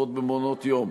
הטבות במעונות-יום.